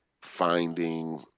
finding